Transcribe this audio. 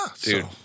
Dude